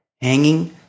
hanging